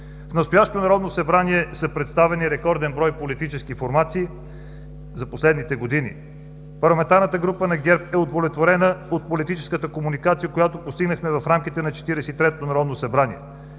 В настоящото Народно събрание са представени рекорден брой политически формации за последните години. Парламентарната група на ГЕРБ е удовлетворена от политическата комуникация, която постигнахме в рамките на Четиридесет